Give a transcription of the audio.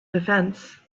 defense